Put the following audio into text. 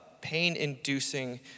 pain-inducing